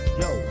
yo